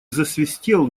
засвистел